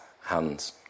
hands